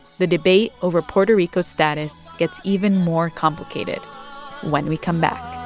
the debate over puerto rico's status gets even more complicated when we come back